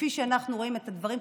כפי שאנחנו רואים את הדברים,